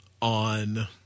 on